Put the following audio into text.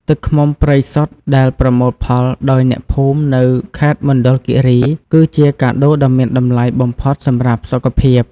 ទឹកឃ្មុំព្រៃសុទ្ធដែលប្រមូលផលដោយអ្នកភូមិនៅខេត្តមណ្ឌលគិរី គឺជាកាដូដ៏មានតម្លៃបំផុតសម្រាប់សុខភាព។